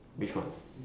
which one